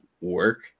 work